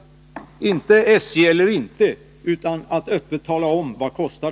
Det gäller inte om vi skall ha SJ eller ej, utan att öppet tala om vad det kostar.